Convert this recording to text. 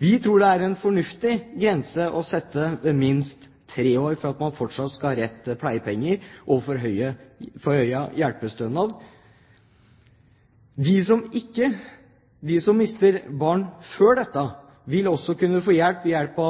Vi tror det er fornuftig å sette grensen ved minst tre år for at man fortsatt skal ha rett til pleiepenger og forhøyet hjelpestønad. De som mister barn før dette, vil også kunne få hjelp